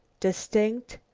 distinct,